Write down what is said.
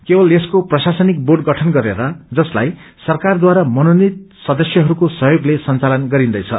केवल यसको प्रशासनिक बोर्ड गठन गरेर यसलाई सरकारढारा मनोनीत सदस्यहरूको सहयोगले संचालन गरिन्दैछ